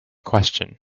question